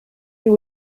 you